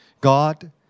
God